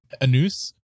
Anus